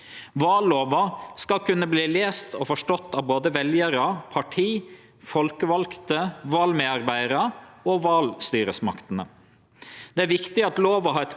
Det er viktig at lova har eit godt språk og er enkel å finne fram i. Lova har difor fått ei meir moderne språkdrakt og ei meir logisk oppbygging.